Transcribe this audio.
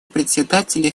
представителей